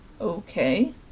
Okay